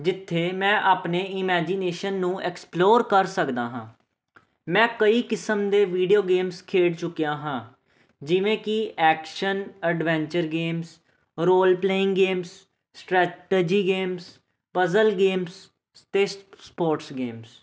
ਜਿੱਥੇ ਮੈਂ ਆਪਣੇ ਇਮੈਜੀਨੇਸ਼ਨ ਨੂੰ ਐਕਸਪਲੋਰ ਕਰ ਸਕਦਾ ਹਾਂ ਮੈਂ ਕਈ ਕਿਸਮ ਦੇ ਵੀਡੀਓ ਗੇਮਸ ਖੇਡ ਚੁੱਕਿਆ ਹਾਂ ਜਿਵੇਂ ਕਿ action adventure games role playing games strategy games puzzle games ਅਤੇ ਸਪੋਰਟਸ ਗੇਮਸ